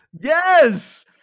Yes